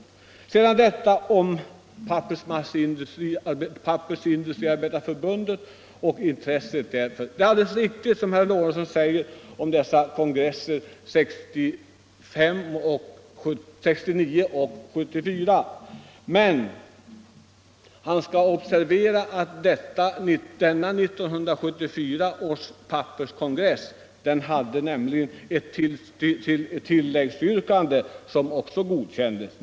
När det gäller intresset för Pappersindustriarbetareförbundets kongress så är det som herr Lorentzon sade om kongressbesluten 1969 och 1974 alldeles riktigt. Men herr Lorentzon skall observera att det vid 1974 års kongress fanns ett tilläggsyrkande som godkändes.